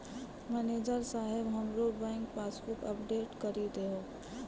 manager साहेब हमरो bank passbook update करि दहो